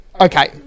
okay